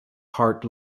hart